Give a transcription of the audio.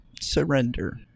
surrender